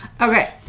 Okay